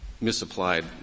misapplied